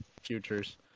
Futures